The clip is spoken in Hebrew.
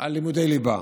של לימודי ליבה.